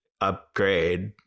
upgrade